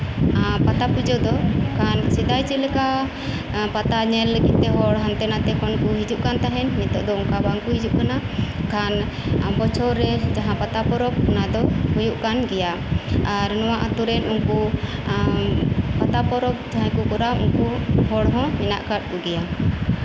ᱯᱟᱛᱟ ᱯᱩᱡᱟᱹ ᱫᱚ ᱠᱷᱟᱱ ᱥᱮᱫᱟᱭ ᱪᱮᱫ ᱞᱮᱠᱟ ᱯᱟᱛᱟ ᱧᱮᱞ ᱞᱟᱹᱜᱤᱫᱛᱮ ᱦᱚᱲ ᱦᱟᱱᱛᱮ ᱱᱟᱛᱮ ᱠᱷᱚᱱ ᱠᱚ ᱦᱤᱡᱩᱜ ᱠᱟᱱ ᱛᱟᱸᱦᱮᱱ ᱱᱤᱛᱚᱜ ᱫᱚ ᱚᱱᱠᱟ ᱵᱟᱝ ᱠᱚ ᱦᱤᱡᱩᱜ ᱠᱟᱱᱟ ᱠᱷᱟᱱ ᱵᱚᱪᱷᱚᱨ ᱨᱮ ᱡᱟᱦᱟᱸ ᱯᱟᱛᱟ ᱯᱚᱨᱚᱵᱽ ᱦᱳᱭᱳᱜ ᱠᱟᱱ ᱜᱮᱭᱟ ᱱᱚᱣᱟ ᱟᱹᱛᱩᱨᱮ ᱩᱱᱠᱩ ᱯᱟᱛᱟ ᱯᱚᱨᱚᱵᱽ ᱡᱟᱦᱟᱸᱭ ᱠᱚ ᱠᱚᱨᱟᱣ ᱩᱱᱠᱩ ᱦᱚᱲ ᱦᱚᱸ ᱢᱮᱱᱟᱜ ᱠᱟᱜ ᱠᱚᱜᱮᱭᱟ